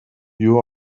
you